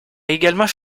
également